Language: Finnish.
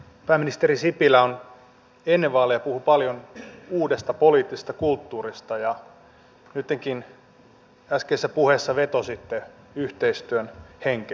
pääministeri sipilä ennen vaaleja puhui paljon uudesta poliittisesta kulttuurista ja nyttenkin äskeisessä puheessa vetositte yhteistyön henkeen